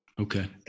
Okay